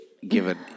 Given